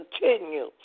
continue